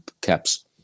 caps